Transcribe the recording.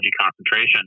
concentration